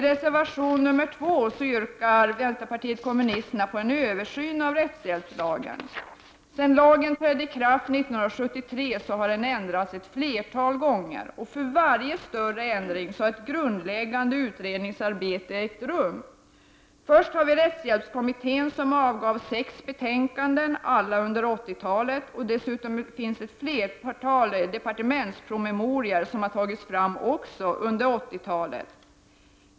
I reservation 2 yrkar vpk på en översyn av rättshjälpslagen. Sedan lagen trädde i kraft 1973 har den ändrats ett flertal gånger, och för varje större ändring har ett grundläggande utredningsarbete ägt rum. Dels har vi rättshjälpskommittén som avgav sex betänkanden, alla under 1980-talet, dels finns det flera departementspromemorior som också tagits fram under 1980 talet.